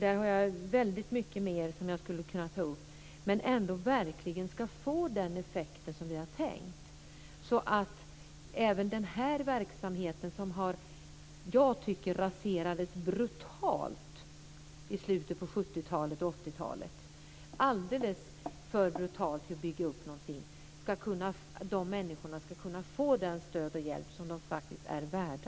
Där har jag mycket mer som jag skulle kunna ta upp. Jag hoppas att de pengarna verkligen ska få den effekt som vi har tänkt, så att även den verksamheten, som jag tycker raserades brutalt i slutet på 70-talet och under 80-talet - alldeles för brutalt - och de människorna ska kunna få det stöd och den hjälp som de faktiskt är värda.